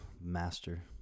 master